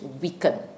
weaken